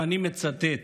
ואני מצטט: